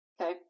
okay